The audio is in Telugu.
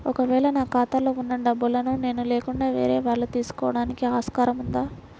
ఒక వేళ నా ఖాతాలో వున్న డబ్బులను నేను లేకుండా వేరే వాళ్ళు తీసుకోవడానికి ఆస్కారం ఉందా?